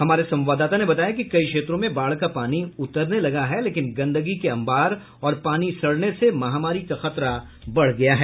हमारे संवाददाता ने बताया कि कई क्षेत्रों में बाढ़ का पानी उतरने लगा है लेकिन गंदगी के अंबार और पानी सड़ने से महामारी का खतरा बढ़ गया है